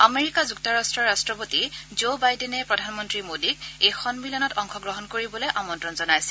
America যুক্তৰাট্টৰ ৰাট্টপতি Joe বাইডেনে প্ৰধানমন্তী মোডীক এই সন্মিলনত অংশগ্ৰহণ কৰিবলৈ আমন্ত্ৰণ জনাইছিল